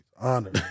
Honor